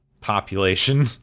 population